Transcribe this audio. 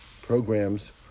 programs